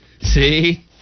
see